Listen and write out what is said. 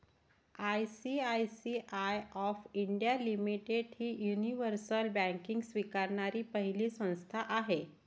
ICICI of India limited ही universal banking स्वीकारणारी पहिली संस्था आहे